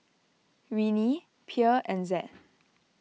Winnie Pierre and Zed